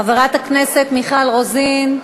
חברת הכנסת מיכל רוזין,